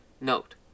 Note